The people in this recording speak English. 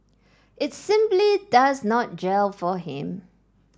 it simply does not gel for him